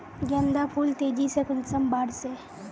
गेंदा फुल तेजी से कुंसम बार से?